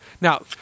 Now